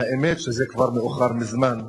אבל האמת שזה כבר מאוחר מזמן.